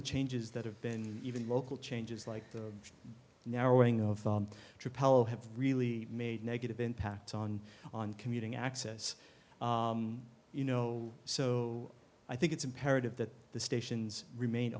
the changes that have been even local changes like the narrowing of the trip have really made a negative impact on on commuting access you know so i think it's imperative that the stations remain